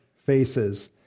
faces